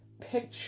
picture